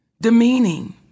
demeaning